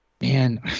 man